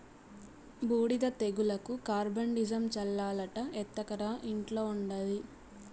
బూడిద తెగులుకి కార్బండిజమ్ చల్లాలట ఎత్తకరా ఇంట్ల ఉండాది